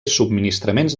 subministraments